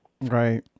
right